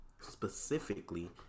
specifically